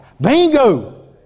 Bingo